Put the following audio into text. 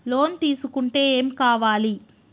Loan తీసుకుంటే ఏం కావాలి?